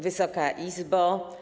Wysoka Izbo!